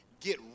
Get